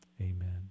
amen